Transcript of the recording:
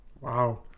Wow